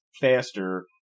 faster